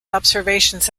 observations